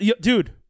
dude